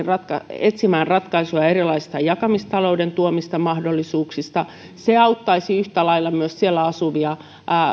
etsitään ratkaisuja erilaisista jakamistalouden tuomista mahdollisuuksista se auttaisi yhtä lailla myös siellä asuvaa